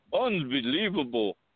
unbelievable